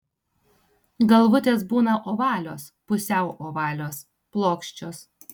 galvutės būna ovalios pusiau ovalios plokščios